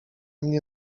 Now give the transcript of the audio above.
mnie